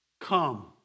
come